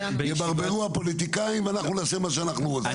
יברברו הפוליטיקאים ואנחנו נעשה מה שאנחנו רוצים.